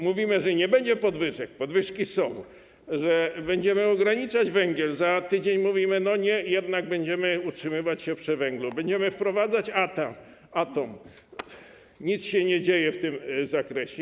Mówimy, że nie będzie podwyżek, a podwyżki są; że będziemy ograniczać węgiel, a za tydzień mówimy: nie, jednak będziemy utrzymywać się przy węglu; że będziemy wprowadzać atom, a nic się nie dzieje w tym zakresie.